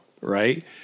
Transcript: right